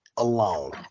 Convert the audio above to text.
Alone